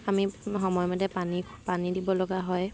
আমি সময় মতে পানী পানী দিব লগা হয়